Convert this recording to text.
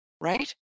right